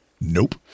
Nope